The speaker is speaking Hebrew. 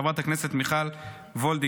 של חברת הכנסת מיכל וולדיגר.